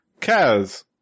Kaz